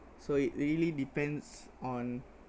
so it really depends on